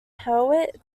hewitt